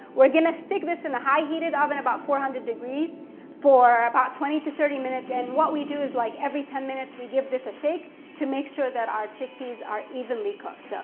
we're gonna stick this in the high heated oven about four hundred degrees for about twenty to thirty minutes, and what we do is like every ten minutes, we give this a shake to make sure that our chickpeas are evenly cooked. so,